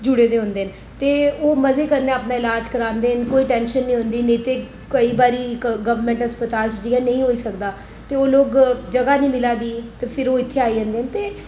जुड़े दे होंदे न ते ओह् मजे कन्नै अपना ईलाज करांदे न कोई टैनशैन न होंदी नेईं ते केईं बारी गवर्मेंट अस्पताल च जि'यां नेईं होई सकदा ते ओह् लोग जगह् निं मिलै दी ते फिर ओह् इत्थै आई जंदे न